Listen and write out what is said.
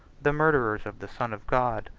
the murderers of the son of god.